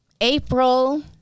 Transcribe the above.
April